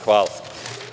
Hvala.